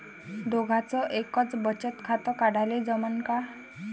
दोघाच एकच बचत खातं काढाले जमनं का?